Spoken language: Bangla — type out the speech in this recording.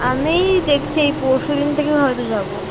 আমি দেখছি এই পরশু দিন থেকে হয়তো যাব